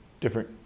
different